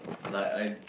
like I